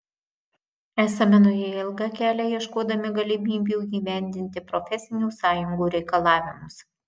esame nuėję ilgą kelią ieškodami galimybių įgyvendinti profesinių sąjungų reikalavimus